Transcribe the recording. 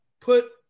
put